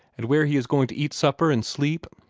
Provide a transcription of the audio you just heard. and where he is going to eat supper and sleep?